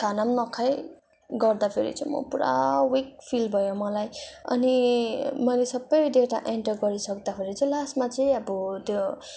खाना नखाई गर्दा फेरि चाहिँ म पुरा विक फिल भयो मलाई अनि मैले सब डेटा एन्टर गरी सक्दाखेरि चाहिँ लास्टमा चाहिँ अब त्यो